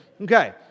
Okay